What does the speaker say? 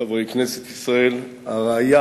חברי כנסת ישראל, הרעיה